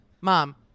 Mom